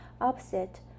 opposite